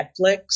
Netflix